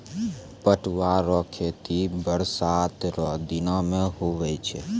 पटुआ रो खेती बरसात रो दिनो मे हुवै छै